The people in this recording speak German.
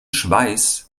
schweiß